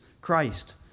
Christ